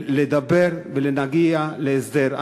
לדבר ולהגיע להסדר.